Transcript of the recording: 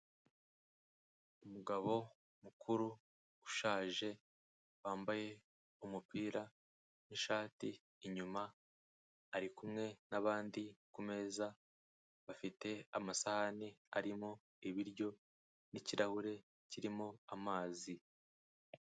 Umugabo mukuru ushaje wambaye umupira n'ishati inyuma, ari kumwe n'abandi kumeza bafite amasahani arimo ibiryo n'ikirahure kirimo amazi.